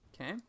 Okay